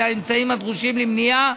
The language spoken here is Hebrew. על האמצעים הדרושים למניעה